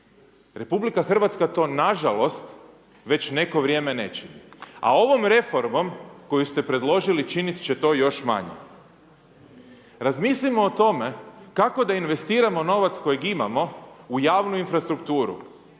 i građana RH. RH to nažalost već neko vrijeme ne čini, a ovom reformom koju ste predložili, činit će to još manje. Razmislimo o tome kako da investiramo novac kojeg imamo u javnu infrastrukturu.